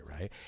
right